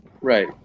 right